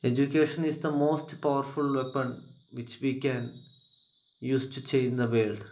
education is the most powerful weapon which we can use to change the world